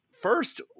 first